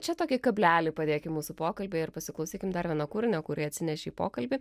čia tokį kablelį padėkim mūsų pokalbyje ir pasiklausykim dar vieno kūrinio kurį atsinešei į pokalbį